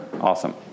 Awesome